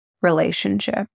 relationship